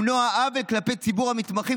למנוע עוול כלפי ציבור המתמחים,